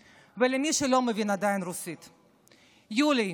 ולמי שעדיין לא מבין רוסית: יולי,